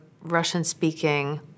Russian-speaking